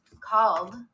called